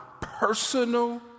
personal